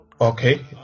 Okay